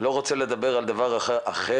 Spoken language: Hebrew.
לא רוצה לדבר על דבר אחר,